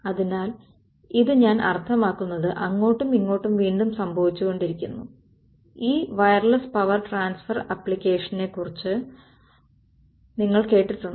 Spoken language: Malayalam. അതിനാൽ ഇത് ഞാൻ അർത്ഥമാക്കുന്നത് അങ്ങോട്ടും ഇങ്ങോട്ടും വീണ്ടും സംഭവിച്ചുകൊണ്ടിരിക്കുന്നു ഈ വയർലെസ് പവർ ട്രാൻസ്ഫർ ആപ്ലിക്കേഷനുകളെക്കുറിച്ച് നിങ്ങൾ കേട്ടിട്ടുണ്ട്